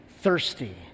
thirsty